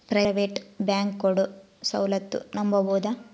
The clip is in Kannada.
ಪ್ರೈವೇಟ್ ಬ್ಯಾಂಕ್ ಕೊಡೊ ಸೌಲತ್ತು ನಂಬಬೋದ?